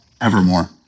evermore